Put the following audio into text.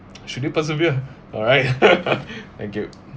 shouldn't persevere alright thank you